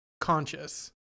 conscious